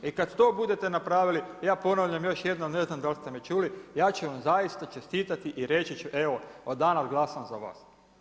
I kad to budete napravili ja ponavljam još jednom, ne znam da li ste me čuli, ja ću vam zaista čestitati i reći ću evo od danas glasam za vas.